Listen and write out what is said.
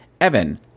Evan